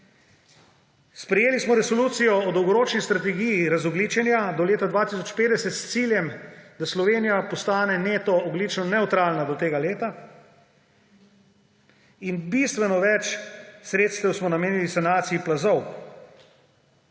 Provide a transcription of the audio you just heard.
Sprejeli smo resolucijo o dolgoročni strategiji razogljičenja do leta 2050 s ciljem, da Slovenija postane neto ogljično nevtralna do tega leta, in bistveno več sredstev smo namenili sanaciji plazov.